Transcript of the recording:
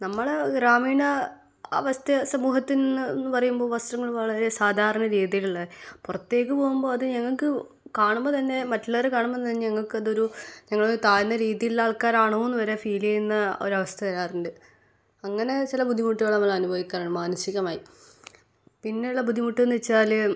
നമ്മൾ ഗ്രാമീണ അവസ്ഥ സമൂഹത്തിൽനിന്ന് എന്നു പറയുമ്പോൾ വസ്ത്രങ്ങൾ വളരെ സാധാരണ രീതിയിലുള്ളത് പുറത്തേക്കു പോവുമ്പോൾ അത് ഞങ്ങൾക്ക് കാണുമ്പോൾ തന്നെ മറ്റുള്ളവരെ കാണുമ്പോൾ തന്നെ ഞങ്ങൾക്കതൊരു ഞങ്ങൾ താഴ്ന്ന രീതിയിലുള്ള ആൾക്കാരാണോയെന്ന് വരെ ഫീൽ ചെയ്യുന്ന ഒരു അവസ്ഥ വരാറുണ്ട് അങ്ങനെ ചില ബുദ്ധിമുട്ടുകൾ നമ്മൾ അനുഭവിക്കാറുണ്ട് മാനസികമായി പിന്നെയുള്ള ബുദ്ധിമുട്ടെന്ന് വെച്ചാൽ